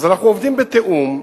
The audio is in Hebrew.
אז אנחנו עובדים בתיאום,